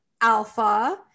alpha